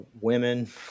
women